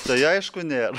tai aišku nėr